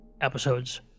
episodes